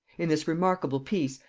in this remarkable piece,